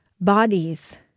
bodies